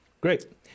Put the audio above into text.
Great